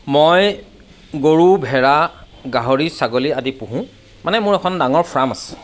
মই গৰু ভেড়া গাহৰি ছাগলী আদি পোহো মানে মোৰ এখন ডাঙৰ ফাৰ্ম আছে